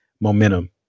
momentum